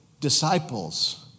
disciples